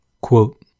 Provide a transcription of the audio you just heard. Quote